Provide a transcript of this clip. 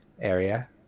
area